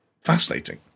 fascinating